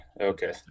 Okay